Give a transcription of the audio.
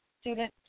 student